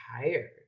tired